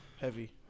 heavy